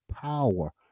Power